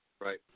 Right